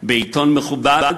בעיתון מכובד: